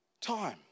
Time